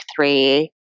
three